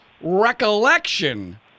recollection